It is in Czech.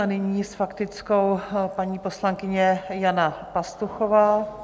A nyní s faktickou paní poslankyně Jana Pastuchová.